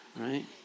right